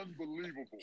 unbelievable